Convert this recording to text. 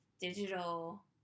digital